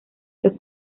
los